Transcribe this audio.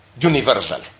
universal